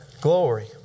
Glory